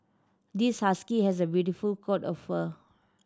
this husky has a beautiful coat of fur